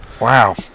wow